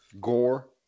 gore